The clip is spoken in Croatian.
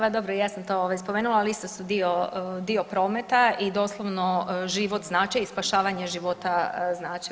Ma dobro, ja sam to spomenula, ali isto su dio prometa i doslovno život znače i spašavanje života znače.